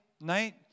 night